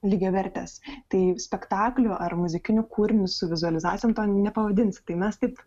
lygiavertės tai spektakliu ar muzikiniu kūriniu su vizualizacijom to nepavadinsi tai mes taip